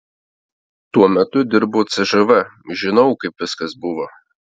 tuo metu dirbau cžv žinau kaip viskas buvo